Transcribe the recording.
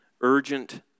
urgent